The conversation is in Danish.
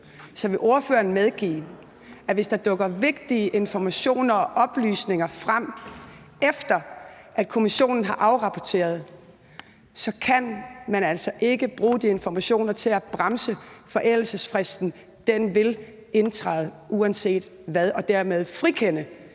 så vil ordføreren medgive, at hvis der dukker vigtige informationer og oplysninger frem, efter at kommissionen har afrapporteret, så kan man altså ikke bruge de informationer til at bremse forældelsesfristen? Den vil indtræde uanset hvad og dermed frikende